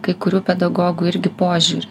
kai kurių pedagogų irgi požiūrį